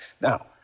Now